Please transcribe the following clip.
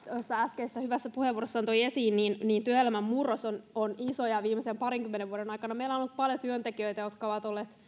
äskeisessä hyvässä puheenvuorossaan toi esiin työelämän murros on on iso ja viimeisen parinkymmenen vuoden aikana meillä on ollut paljon työntekijöitä jotka ovat olleet